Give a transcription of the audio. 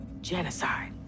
Genocide